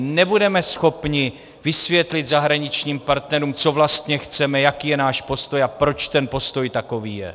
Nebudeme schopní vysvětlit zahraničním partnerům, co vlastně chceme, jaký je náš postoj a proč ten postoj takový je!